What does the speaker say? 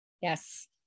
Yes